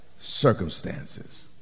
circumstances